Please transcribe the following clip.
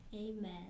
Amen